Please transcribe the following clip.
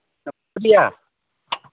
भैया